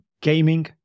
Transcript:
gaming